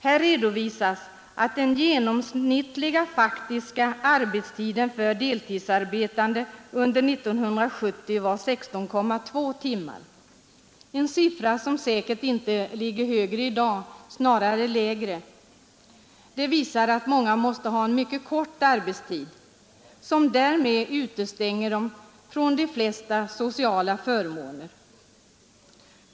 Här redovisas att den genomsnittliga faktiska arbetstiden för deltidsarbetande under 1970 var 16,2 timmar, en siffra som säkert inte ligger högre i dag utan snarare lägre. Det visar att många deltidsarbetande måste ha en mycket kort arbetstid, som därmed utestänger dem från de flesta sociala förmåner.